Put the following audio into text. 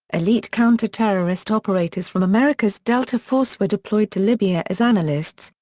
elite counter-terrorist operators from america's delta force were deployed to libya as analysts,